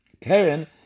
Karen